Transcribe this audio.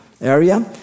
area